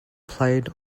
played